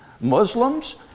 Muslims